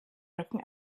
rücken